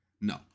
No